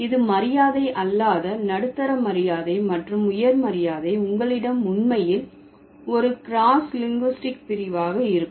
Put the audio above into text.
இது மரியாதை அல்லாத நடுத்தர மரியாதை மற்றும் உயர் மரியாதை உங்களிடம் உண்மையில் ஒரு கிராஸ் லிங்குஸ்டிக் பிரிவாக இருக்கும்